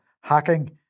hacking